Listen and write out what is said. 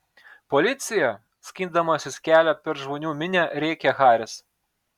policija skindamasis kelią per žmonių minią rėkė haris